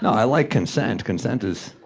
i like consent. consent is